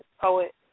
poet